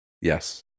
Yes